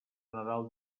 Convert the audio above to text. nadal